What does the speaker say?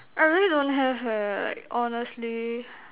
I really don't have eh like honestly